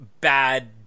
bad